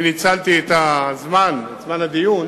אני ניצלתי את הזמן, את זמן הדיון,